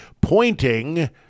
pointing